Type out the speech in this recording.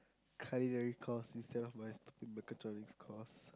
culinary course instead of my stupid mechatronics course